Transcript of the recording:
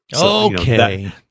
Okay